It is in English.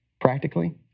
practically